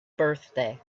birthday